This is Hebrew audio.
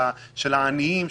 של העניים,